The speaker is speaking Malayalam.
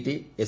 T S